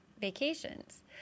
vacations